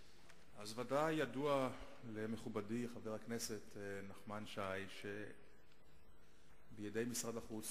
בשם "IzRus" מאמרים חריפים נגד משרד החוץ